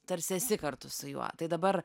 tarsi esi kartu su juo tai dabar